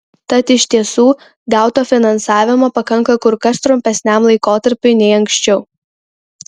tad iš tiesų gauto finansavimo pakanka kur kas trumpesniam laikotarpiui nei anksčiau